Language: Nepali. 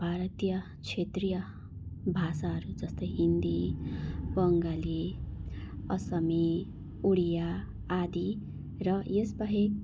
भारतीय क्षेत्रीय भाषाहरू जस्तै हिन्दी बङ्गाली असमी उडिया आदि र यसबाहेक